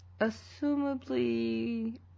assumably